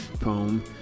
poem